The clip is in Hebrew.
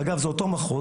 שאגב זה אותו מחוז,